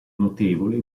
notevole